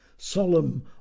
Solemn